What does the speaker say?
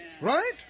Right